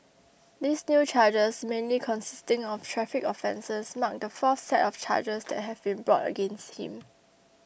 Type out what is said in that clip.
these new charges mainly consisting of traffic offences mark the fourth set of charges that have been brought against him